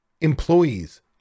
employees